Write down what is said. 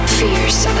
fierce